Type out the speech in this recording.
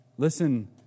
Listen